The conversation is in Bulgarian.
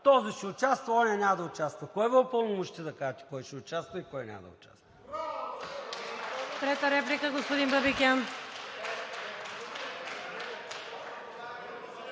Този ще участва, онзи няма да участва. Кой Ви упълномощи кой ще участва и кой няма да участва?